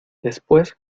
después